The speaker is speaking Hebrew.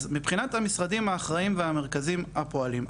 אז מבחינת המשרדים האחראיים והמרכזים הפועלים,